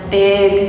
big